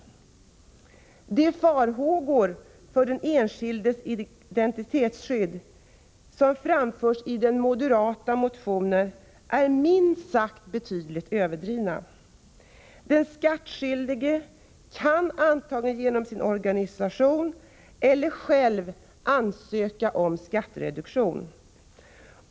De farhågor för skyddet av den enskildes integritet som framförts i den moderata motionen är minst sagt betydligt överdrivna. Den skattskyldige kan'antingen genom sin organisation eller själv ansöka om skattereduktion.